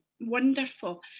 wonderful